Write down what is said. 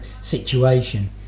situation